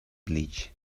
bleach